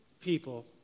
people